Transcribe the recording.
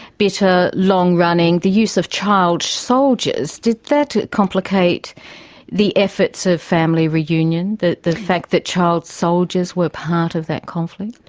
bitter, long-running, the use of child soldiers, did that complicate the efforts of family reunion, the fact that child soldiers were part of that conflict?